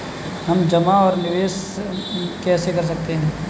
हम जमा और निवेश कैसे कर सकते हैं?